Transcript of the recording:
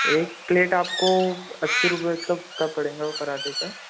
एक प्लेट आपको अस्सी रुपये तक का पड़ेगा पराँठे का